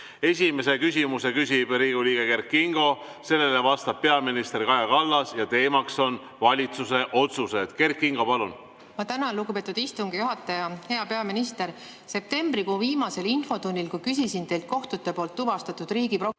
Esimese küsimuse küsib Riigikogu liige Kert Kingo, sellele vastab peaminister Kaja Kallas ja teema on valitsuse otsused. Kert Kingo, palun! Ma tänan, lugupeetud istungi juhataja! Hea peaminister! Septembrikuu viimases infotunnis, kui küsisin teilt kohtute poolt tuvastatud